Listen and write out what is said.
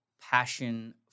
passion